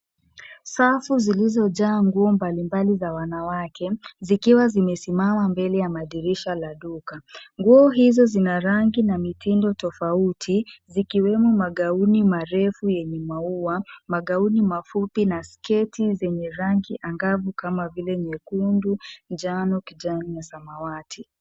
Safu zilizojaa nguo mbalimbali za wanawake, zikiwa zimesimama mbele ya madirisha la maduka. Nguo izo zina rangi na mitindo tofauti, zikiwemo magauni marefu yenye maua, magauni mafupi na sketi zenye rangi angavu kama vile nyekundu ,njano, kijani na samawati.